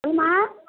சொல்லும்மா